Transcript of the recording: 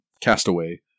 Castaway